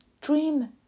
Dream